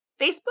Facebook